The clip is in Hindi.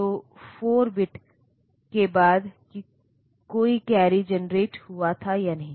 तो 4 बिट के बाद कि कोई कैरी जनरेट हुआ था या नहीं